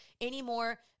anymore